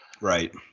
Right